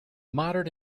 modern